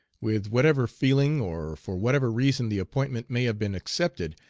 with whatever feeling, or for whatever reason the appointment may have been accepted,